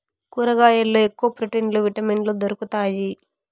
కూరగాయల్లో ఎక్కువ ప్రోటీన్లు విటమిన్లు దొరుకుతాయి